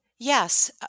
Yes